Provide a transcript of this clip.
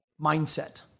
mindset